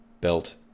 belt